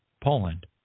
Poland